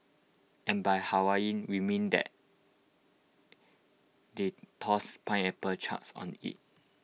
and by Hawaiian we mean that they tossed pineapple chunks on IT